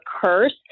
curse